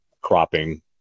cropping